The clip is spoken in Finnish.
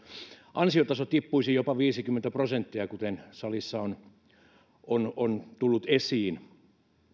ansiotaso tippuisi jopa viisikymmentä prosenttia kuten salissa on on tullut esiin